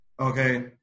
Okay